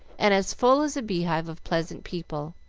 and as full as a beehive of pleasant people,